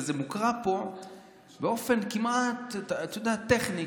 וזה מוקרא פה באופן כמעט טכני,